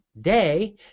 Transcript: day